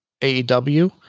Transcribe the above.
AEW